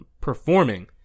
performing